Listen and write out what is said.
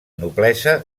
noblesa